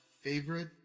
favorite